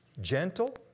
gentle